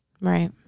Right